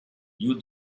you